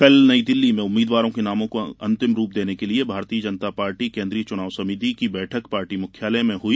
कल नई दिल्ली में उम्मीदवारों के नामों को अंतिम रूप देने के लिए भारतीय जनता पार्टी केन्द्रीय चुनाव समिति की बैठक पार्टी मुख्यालय में हुई